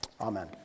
Amen